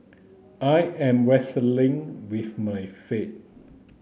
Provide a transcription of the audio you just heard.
I am wrestling with my faith